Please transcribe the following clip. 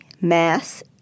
Mass